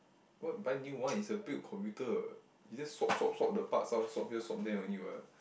what buy new one it's a built computer you just swap swap swap the parts all swap here swap there only [what]